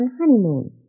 honeymoon